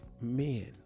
men